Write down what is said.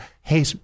hey